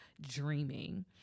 dreaming